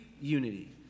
unity